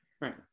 right